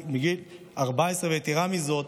ויתרה מזאת,